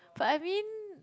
but I mean